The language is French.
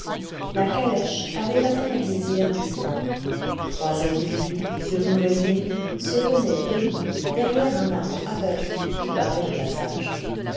la calèche avait atteint la lisière du bois trois individus de mauvaise mine se tenaient debout derrière un arbre abattu qui barrait le passage